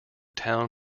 town